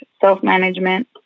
self-management